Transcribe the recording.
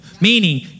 meaning